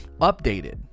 updated